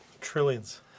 trillions